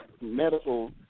medical